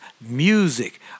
music